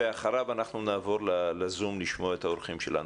ואחריו אנחנו נעבור לזום לשמוע את האורחים שלנו.